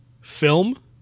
film